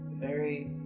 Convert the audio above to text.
very